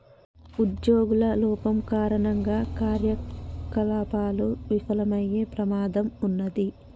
ఉజ్జోగుల లోపం కారణంగా కార్యకలాపాలు విఫలమయ్యే ప్రమాదం ఉన్నాది